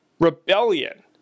rebellion